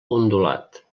ondulat